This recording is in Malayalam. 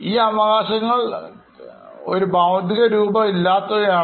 ഈ അവകാശങ്ങൾ ഒരു ഭൌതിക രൂപം ഇല്ലാത്തവയാണ്